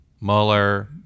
Mueller